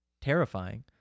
Terrifying